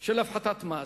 מיליארדים של הפחתת מס,